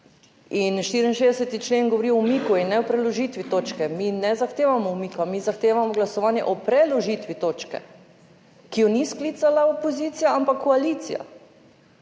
In 64. člen govori o umiku in ne o preložitvi točke, mi ne zahtevamo umika, mi zahtevamo glasovanje o preložitvi točke, ki jo ni sklicala opozicija, ampak koalicija.